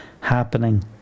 happening